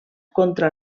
contra